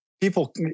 people